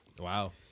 Wow